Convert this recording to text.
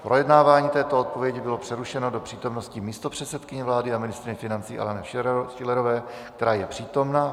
Projednávání této odpovědi bylo přerušeno do přítomnosti místopředsedkyně vlády a ministryně financí Aleny Schillerové, která je přítomna.